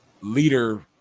leader